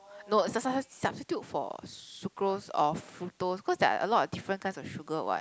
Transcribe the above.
no it's a substitute substitute for sucrose or fructose cause there are a lot of different kinds of sugar what